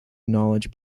knowledge